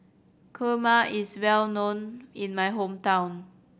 kurma is well known in my hometown